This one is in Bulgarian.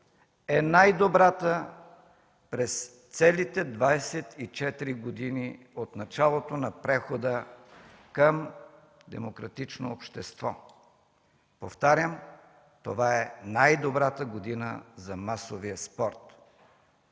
е най-добрата през целите 24 години от началото на прехода към демократично общество. Повтарям – това е най-добрата година за масовия спорт.